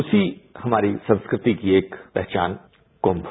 उसी हमारी संस्कृति की एक पहचान कुंभ